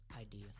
idea